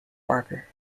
barker